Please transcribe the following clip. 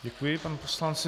Děkuji panu poslanci.